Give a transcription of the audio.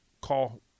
call